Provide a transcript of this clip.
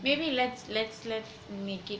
maybe let's let's let's make it